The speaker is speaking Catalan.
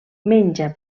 menja